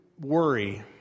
worry